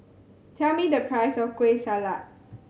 tell me the price of Kueh Salat